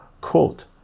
quote